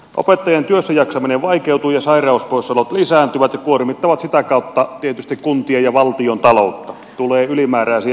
opettajien työssäjaksaminen vaikeutuu ja sairauspoissaolot lisääntyvät ja kuormittavat sitä kautta tietysti kuntien ja valtion taloutta tulee ylimääräisiä menoja